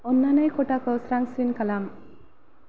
अन्नानै खथाखौ स्रांसिन खालाम